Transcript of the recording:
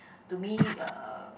to me uh